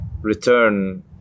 return